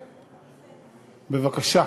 בבקשה.